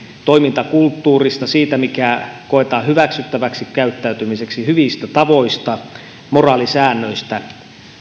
toimintakulttuurista siitä mikä koetaan hyväksyttäväksi käyttäytymiseksi hyvistä tavoista moraalisäännöistä